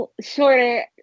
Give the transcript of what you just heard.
shorter